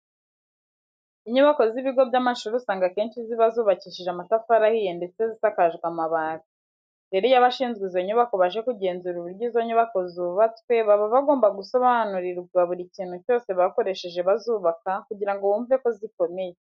Inyubako z'ibigo by'amashuri usanga akenshi ziba zubakishije amatafari ahiye ndetse zisakajwe amabati. Rero iyo abashinzwe izo nyubako baje kugenzura uburyo izo nyubako zubatswe baba bagomba gusobanurirwa buri kintu cyose bakoresheje bazubaka kugira ngo bumve ko zikomeye.